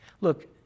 Look